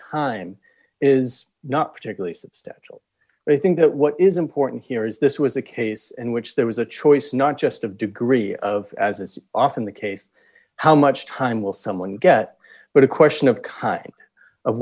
time is not particularly substantial i think that what is important here is this was a case in which there was a choice not just of degree of as is often the case how much time will someone get but a question of kind of